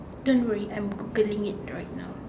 don't worry I'm Googling it right now